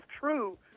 true